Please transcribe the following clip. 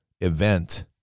event